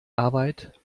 arbeit